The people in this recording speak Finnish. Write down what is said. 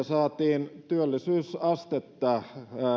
saatiin työllisyysastetta